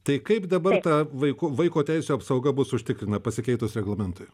tai kaip dabar ta vaikų vaiko teisių apsauga bus užtikrina pasikeitus reglamentui